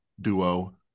duo